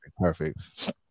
perfect